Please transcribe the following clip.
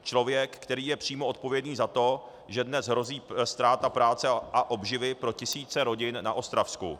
Člověk, který je přímo odpovědný za to, že dnes hrozí ztráta práce a obživy pro tisíce rodin na Ostravsku.